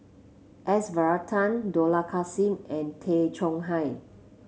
S Varathan Dollah Kassim and Tay Chong Hai